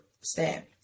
stand